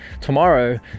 tomorrow